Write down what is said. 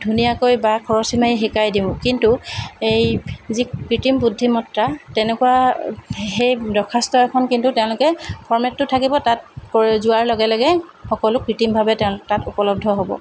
ধুনীয়াকৈ বা খৰচি মাৰি শিকাই দিওঁ কিন্তু এই যি কৃতিম বুদ্ধিমত্তা তেনেকুৱা সেই দৰ্খাস্ত এখন কিন্তু তেওঁলোকে ফৰ্মেতটো থাকিব তাত কৈ যোৱাৰ লগে লগে সকলো কৃতিমভাৱে তেওঁ তাত উপলব্ধ হ'ব